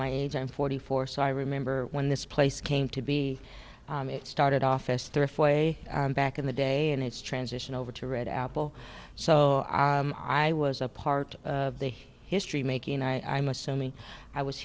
my age i'm forty four so i remember when this place came to be it started off as thrift way back in the day and it's transitioned over to red apple so i was a part of the history making i am assuming i was